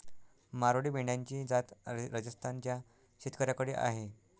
मारवाडी मेंढ्यांची जात राजस्थान च्या शेतकऱ्याकडे आहे